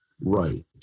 right